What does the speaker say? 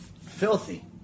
Filthy